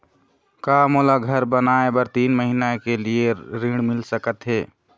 का मोला घर बनाए बर तीन महीना के लिए ऋण मिल सकत हे?